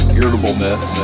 irritableness